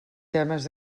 temes